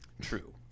True